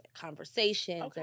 conversations